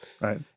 Right